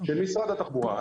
של משרד התחבורה.